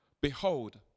Behold